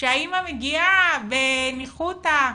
כשהאמא מגיעה בניחותא,